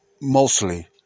mostly